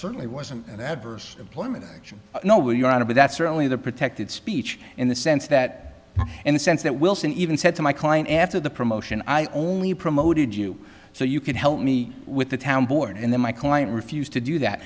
certainly wasn't an adverse employment action you know where you are but that's certainly the protected speech in the sense that in the sense that wilson even said to my client after the promotion i only promoted you so you can help me with the town board and then my client refused to do that